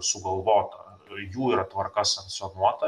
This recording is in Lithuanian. sugalvota jų yra tvarka sankcionuota